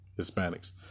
hispanics